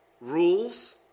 rules